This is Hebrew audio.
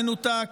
מנותק,